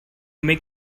make